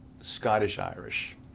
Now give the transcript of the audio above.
Scottish-Irish